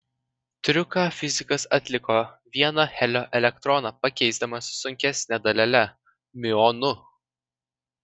triuką fizikas atliko vieną helio elektroną pakeisdamas sunkesne dalele miuonu